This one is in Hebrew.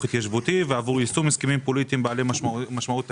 התיישבותי ועבור יישום הסכמים פוליטיים בעלי משמעות תקציבית.